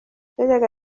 byajyaga